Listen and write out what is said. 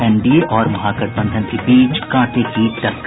NDA और महागठबंधन के बीच कांटे की टक्कर